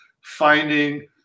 Finding